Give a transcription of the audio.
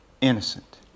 innocent